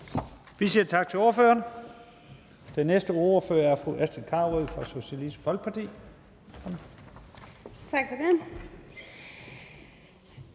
Vi siger tak til ordføreren. Den næste ordfører er fru Astrid Carøe fra Socialistisk Folkeparti.